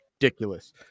Ridiculous